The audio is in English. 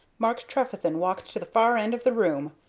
mark trefethen walked to the far end of the room,